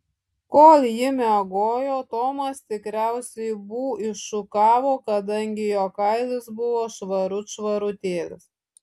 kol ji miegojo tomas tikriausiai bū iššukavo kadangi jo kailis buvo švarut švarutėlis